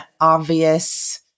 obvious